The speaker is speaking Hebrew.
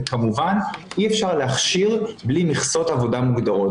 כמובן אי אפשר להכשיר בלי מכסות עבודה מוגדרות,